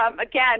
Again